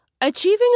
Achieving